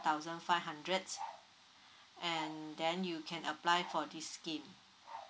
thousand five hundred and then you can apply for this scheme